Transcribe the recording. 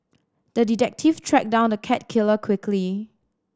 the detective tracked down the cat killer quickly